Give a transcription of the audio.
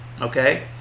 Okay